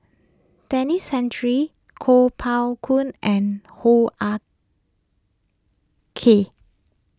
Denis Santry Kuo Pao Kun and Hoo Ah Kay